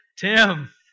Tim